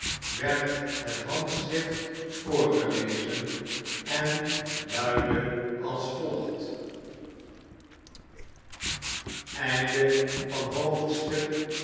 werd het handschrift voorgelezen en luidde als volgt